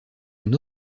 une